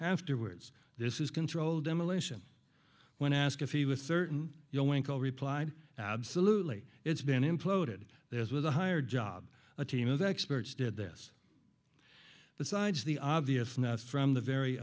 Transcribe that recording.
afterwards this is controlled demolition when asked if he was certain your winkle replied absolutely it's been imploded there's was a higher job a team of experts did this the sides the obvious now from the very